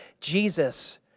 Jesus